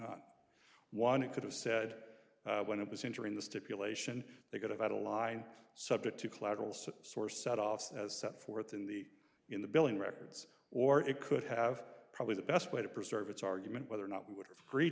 have one it could have said when it was injuring the stipulation they could have had a line subject to collateral so sore set off as set forth in the in the billing records or it could have probably the best way to preserve its argument whether or not we would agree